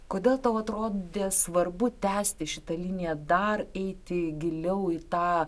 kodėl tau atrodė svarbu tęsti šitą liniją dar eiti giliau į tą